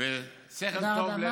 תודה רבה.